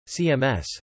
CMS